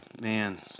man